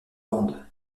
bandes